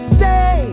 say